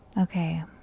Okay